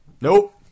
nope